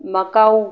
Macao